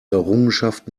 errungenschaft